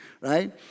right